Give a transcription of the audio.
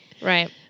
right